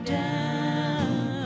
down